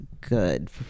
good